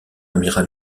amiral